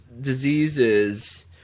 diseases